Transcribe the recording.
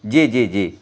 جی جی جی